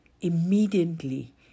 immediately